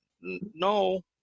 no